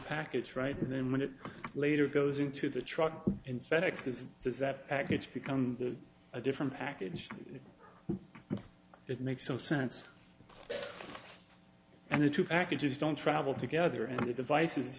package right and then when it later goes into the truck and fedex is does that package become a different package it makes no sense and the two packages don't travel together and the devices